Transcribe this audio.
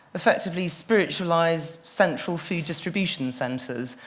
effectively, spiritualized, central food distribution centers.